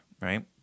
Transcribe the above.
right